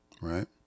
Right